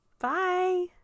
Bye